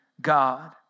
God